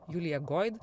julija goyd